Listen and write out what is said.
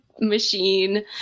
machine